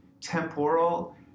temporal